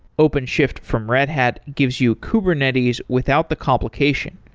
openshift from red hat gives you kubernetes without the complication.